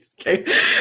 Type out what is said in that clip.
Okay